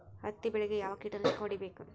ಹತ್ತಿ ಬೆಳೇಗ್ ಯಾವ್ ಕೇಟನಾಶಕ ಹೋಡಿಬೇಕು?